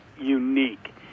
unique